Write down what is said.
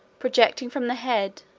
projecting from the head,